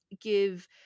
give